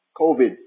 COVID